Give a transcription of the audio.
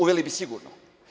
Uveli bi sigurno.